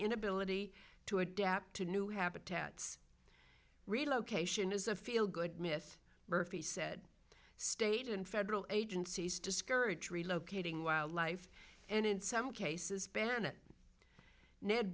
inability to adapt to new habitats relocation is a feel good myth murphy said state and federal agencies discourage relocating wildlife and in some cases ban it ned